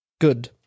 Good